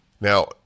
Now